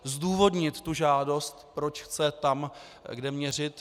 Zdůvodnit tu žádost, proč chce tam, kde měřit.